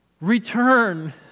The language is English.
return